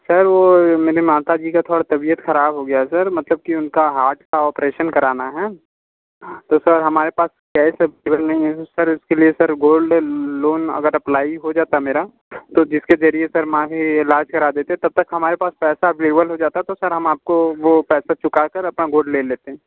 sir वो मेरे माताजी का थोड़ा तबियत ख़राब हो गया है सर मतलब की उनका हार्ट का ऑपरेशन कराना है तो सर हमारे पास कैश अवेलेबल नहीं है सर इसके लिए सर गोल्ड लोन अगर अप्लाई हो जाता मेरा तो जिसके जरिये सर माँ की इलाज करा देते तब तक हमारे पास पैसा अवेलेबल हो जाता तो सर हम आपको वो पैसा चुका कर अपना गोल्ड वापस ले लेते